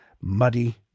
muddy